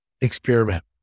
experiment